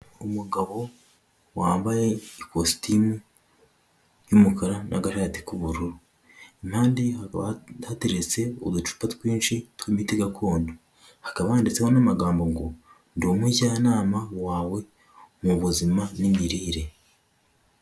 Umugabo wambaye ikositimu y'umukara n'agashati k'ubururu, impande ye hakaba hateretse uducupa twinshi tw'imiti gakondo, hakaba handitseho n'amagambo ngo ndi umujyanama wawe mu buzima n'imirire.